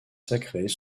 sacrés